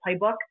playbook